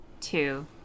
two